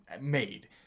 made